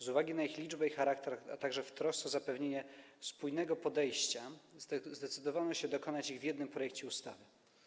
Z uwagi na ich liczbę i charakter, a także w trosce o zapewnienie spójnego podejścia zdecydowano się dokonać ich jednym projektem ustawy.